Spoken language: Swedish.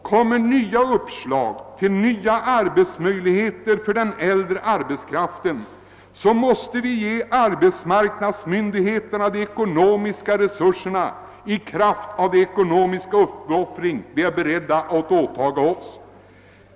Kommer det uppslag till nya arbetsmöjligheter för den äldre arbetskraften måste vi ge arbetsmarknadsmyndigheterna de ekonomiska resurserna i kraft av den ekonomiska uppoffring som vi är beredda att påta oss.